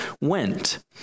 went